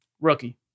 Rookie